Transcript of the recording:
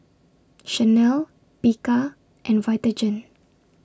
Chanel Bika and Vitagen